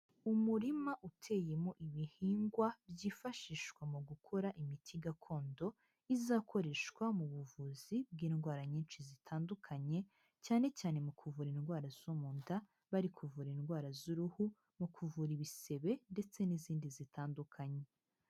Umurima uteyemo ibihingwa byifashishwa mu gukora imiti gakondo izakoreshwa mu buvuzi bw'indwara nyinshi zitandukanye cyane cyane mu kuvura indwara zo mu nda, bari kuvura indwara z'uruhu, mu kuvura ibisebe ndetse n'izindi zitandukanye.